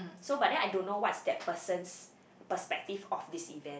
so but then I don't know what's that person's perspective of this event